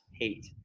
hate